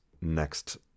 next